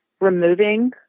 removing